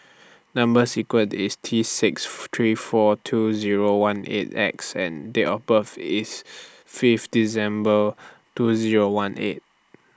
Number sequence IS T six three four two Zero one eight X and Date of birth IS five December two Zero one eight